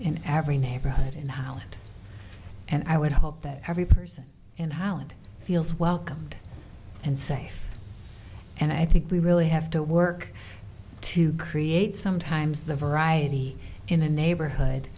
in every neighborhood in holland and i would hope that every person in holland feels welcomed and say and i think we really have to work to create sometimes the variety in a neighborhood